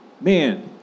man